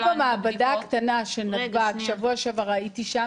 רק במעבדה הקטנה שבשבוע שעבר הייתי בה,